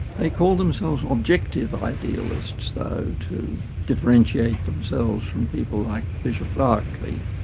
they called themselves objective idealists though, to differentiate themselves from people like bishop berkeley.